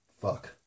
fuck